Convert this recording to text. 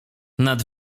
nad